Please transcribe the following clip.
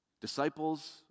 Disciples